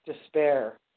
despair